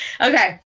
Okay